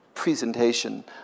presentation